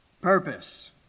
purpose